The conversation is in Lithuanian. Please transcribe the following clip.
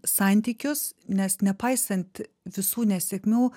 santykius nes nepaisant visų nesėkmių